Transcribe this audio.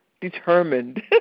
determined